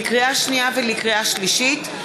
לקריאה שנייה ולקריאה שלישית,